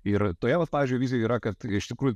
ir toje vat pavyzdžiui vizijoje yra kad iš tikrųjų